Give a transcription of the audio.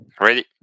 ready